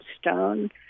stone